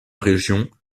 région